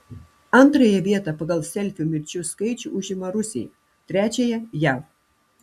antrąją vietą pagal selfių mirčių skaičių užima rusija trečiąją jav